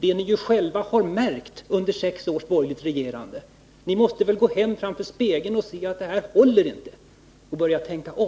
Det har ni jusjälva märkt under sex års borgerligt regerande. Ni måste gå hem och ställa er framför spegeln och inse att det här inte håller — ni måste börja tänka om.